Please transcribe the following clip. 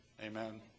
Amen